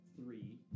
three